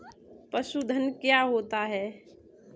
पशुधन क्या होता है?